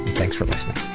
thanks for listening